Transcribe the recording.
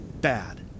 bad